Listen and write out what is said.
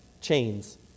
chains